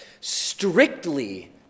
Strictly